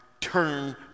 turn